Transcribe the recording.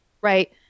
right